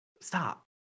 stop